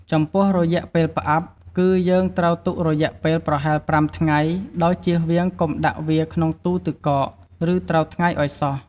ចំពោះរយៈពេលផ្អាប់ គឺយើងត្រូវទុករយៈពេលប្រហែល៥ថ្ងៃ ដោយជៀសវាងកុំដាក់វាក្នុងទូទឹកកក ឬត្រូវថ្ងៃឱ្យសោះ។